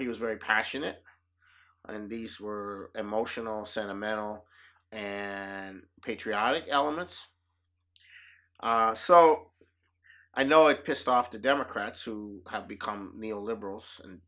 he was very passionate and beast or emotional sentimental and patriotic elements so i know it pissed off the democrats who have become neo liberals and